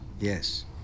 Yes